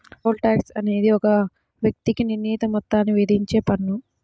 pole tax అనేది ఒక వ్యక్తికి నిర్ణీత మొత్తాన్ని విధించే పన్ను